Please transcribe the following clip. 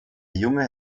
junge